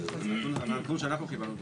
הנתון שאנחנו קיבלנו,